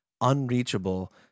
unreachable